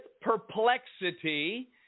perplexity